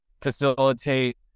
facilitate